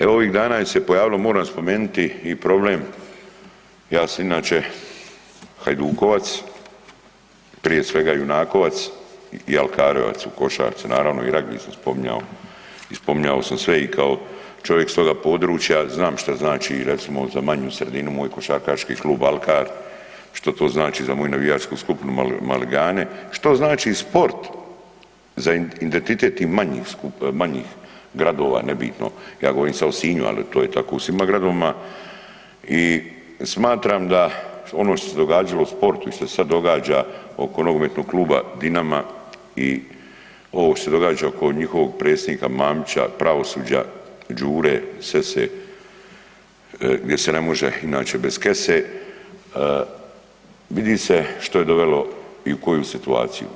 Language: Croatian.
Evo ovih dana je se pojavilo moram spomenuti i problem, ja sam inače Hajdukovac, prije svega junakovac i alkarevac u košarci naravno i ragbi sam spominjao i spominjao sam sve i kao čovjek s toga područja znam šta znači i recimo za manju sredinu moj košarkaški klub Alkar, što to znači za moju navijačku skupinu Maligani, što znači sport za identitet tih manjih, manjih gradova nebitno ja govorim sad o Sinju, ali to je tako u svima gradovima i smatram da ono što se događalo u sportu i što se sad događa oko nogometnog kluba Dinama i ovo što se događa oko njihovog predsjednika Mamića, pravosuđa Đure Sesse gdje se ne može inače bez kese, vidi se što je dovelo i u koju situaciju.